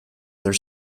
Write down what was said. their